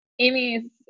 Amy's